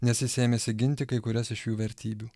nes jis ėmėsi ginti kai kurias iš jų vertybių